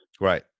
Right